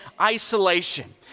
isolation